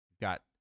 Got